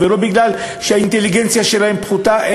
ולא מפני שהאינטליגנציה שלהם פחותה,